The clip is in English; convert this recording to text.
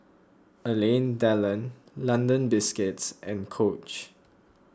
Alain Delon London Biscuits and Coach